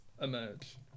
emerge